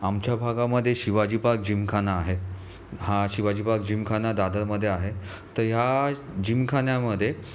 आमच्या भागामध्ये Shivaji park gymkhana आहे हा शिवाजी पार्क जिमखाना दादरमध्ये आहे तर या जिमखान्यामध्ये